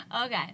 Okay